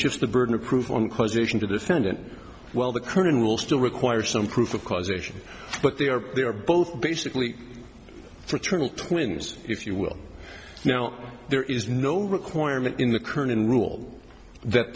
shifts the burden of proof on causation to defendant well the current rule still requires some proof of causation but they are they are both basically fraternal twins if you will now there is no requirement in the current in rule that